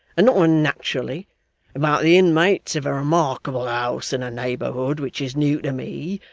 and not unnaturally about the inmates of a remarkable house in a neighbourhood which is new to me,